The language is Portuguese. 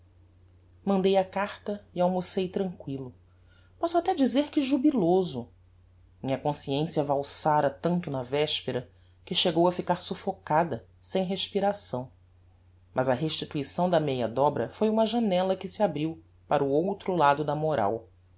mandei a carta e almocei tranquillo posso até dizer que jubiloso minha consciencia valsára tanto na vespera que chegou a ficar suffocada sem respiração mas a restituição da meia dobra foi uma janella que se abriu para o outro lado da moral